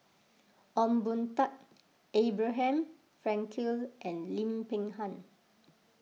Ong Boon Tat Abraham Frankel and Lim Peng Han